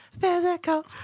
physical